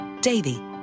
davy